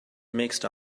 mixed